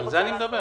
על זה אני מדבר.